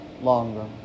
longer